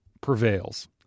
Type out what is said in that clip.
prevails